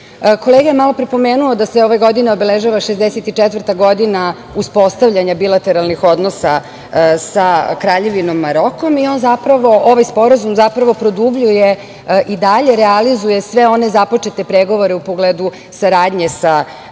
itd. Kolega je malopre pomenuo da se ove godine obeležava 64. godina uspostavljanja bilateralnih odnosa sa Kraljevinom Marokom i ovaj Sporazum zapravo produbljuje i dalje realizuje sve one započete pregovore u pogledu saradnje sa Kraljevinom